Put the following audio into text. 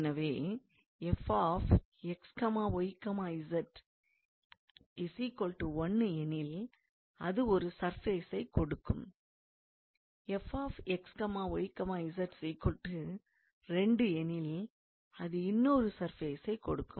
எனவே 𝑓𝑥𝑦𝑧 1 எனில் அது ஒரு சர்ஃபேசைக் கொடுக்கும் 𝑓𝑥𝑦𝑧 2 எனில் அது இன்னொரு சர்ஃபேசைக் கொடுக்கும்